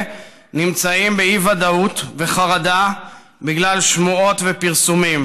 נמצאים באי-ודאות וחרדה בגלל שמועות ופרסומים.